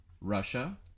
Russia